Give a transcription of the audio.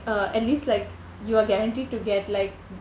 uh at least like you are guaranteed to get like